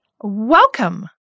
welcome